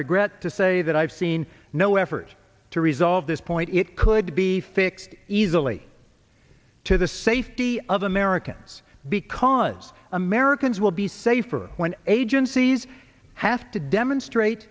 regret to say that i've seen no effort to resolve this point it could be fixed easily to the safety of americans because americans will be safer when agencies have to demonstrate